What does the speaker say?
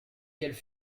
qu’elle